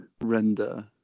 render